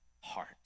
heart